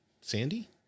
Sandy